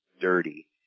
dirty